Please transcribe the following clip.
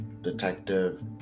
Detective